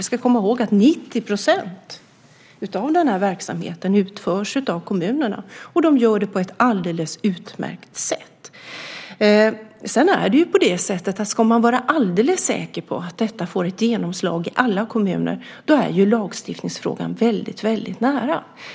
Vi ska komma ihåg att 90 % av den här verksamheten utförs av kommunerna, och de gör det på ett alldeles utmärkt sätt. Sedan är det på det sättet att ska man vara alldeles säker på att detta får ett genomslag i alla kommuner ligger lagstiftningsfrågan väldigt nära.